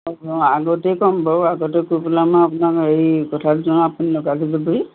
অঁ আগতেই ক'ম বাৰু আগতে কৈ পেলাই মই আপোনাক হেৰি কথাটো জনাম আপুনি লগাই থৈ যাবহি